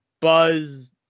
Buzz